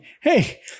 hey